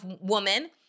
woman